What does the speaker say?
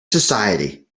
society